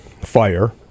fire